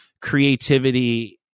creativity